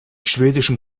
schwedischen